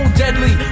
deadly